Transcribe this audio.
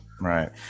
Right